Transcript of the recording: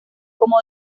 coma